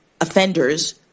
offenders